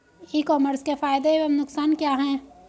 ई commerce के फायदे एवं नुकसान क्या हैं?